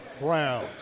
Brown